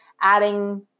adding